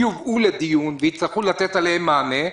יובאו לדיון ויצטרכו לתת עליהן מענה.